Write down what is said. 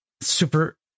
super